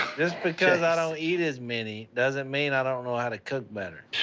just because i don't eat as many doesn't mean i don't know how to cook better.